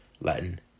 Latin